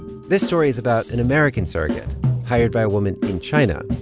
this story is about an american surrogate hired by a woman in china,